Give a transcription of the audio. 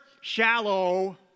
shallow